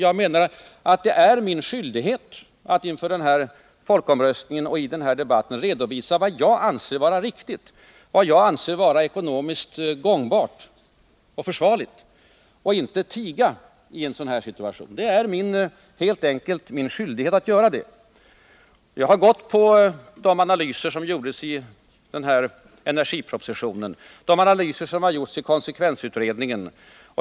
Jag menar att det är min skyldighet att inför folkomröstningen och i den här debatten redovisa vad jag anser vara riktigt och ekonomiskt försvarligt och inte tiga i en sådan här situation. Det är helt enkelt min skyldighet att göra det. Jag har gått på de analyser som gjordes i energipropositionen och de analyser som har gjorts i konsekvensutredningen.